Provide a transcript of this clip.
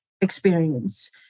experience